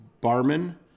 Barman